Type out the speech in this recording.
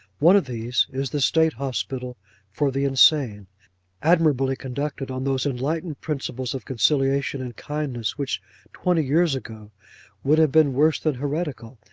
one of these, is the state hospital for the insane admirably conducted on those enlightened principles of conciliation and kindness, which twenty years ago would have been worse than heretical,